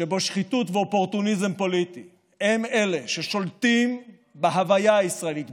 שבו שחיתות ואופורטוניזם פוליטי הם אלה ששולטים בהוויה הישראלית,